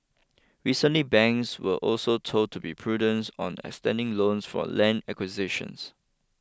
recently banks were also told to be prudence on extending loans for land acquisitions